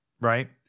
Right